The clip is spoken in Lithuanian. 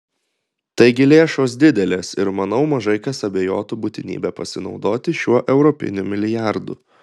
taigi lėšos didelės ir manau mažai kas abejotų būtinybe pasinaudoti šiuo europiniu milijardu